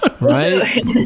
Right